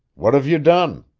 what have you done?